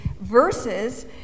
verses